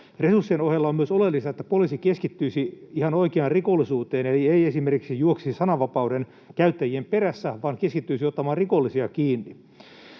Resurssien ohella on myös oleellista, että poliisi keskittyisi ihan oikeaan rikollisuuteen eli ei esimerkiksi juoksisi sananvapauden käyttäjien perässä vaan keskittyisi ottamaan rikollisia kiinni.